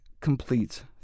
completes